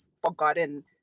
forgotten